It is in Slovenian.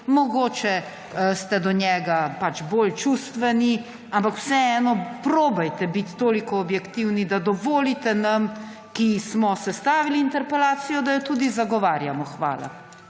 mogoče ste do njega bolj čustveni, ampak vseeno poskušajte biti toliko objektivni, da dovolite nam, ki smo sestavili interpelacijo, da jo tudi zagovarjamo. Hvala.